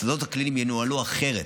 השדות הקליניים ינוהלו אחרת,